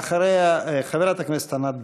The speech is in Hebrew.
אחריה, חברת הכנסת ענת ברקו.